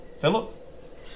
Philip